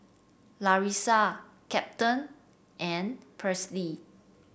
larissa Captain and Paisley